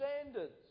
standards